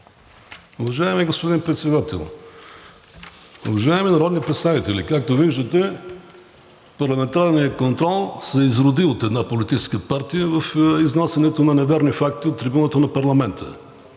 Уважаеми господин Председател, уважаеми народни представители, както виждате, парламентарният контрол се изроди от една политическа партия в изнасянето на неверни факти от трибуната на парламента.